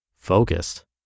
Focused